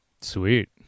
Sweet